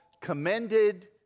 commended